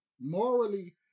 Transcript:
morally